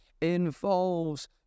involves